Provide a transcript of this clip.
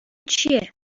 چیه